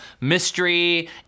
mystery